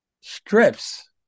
strips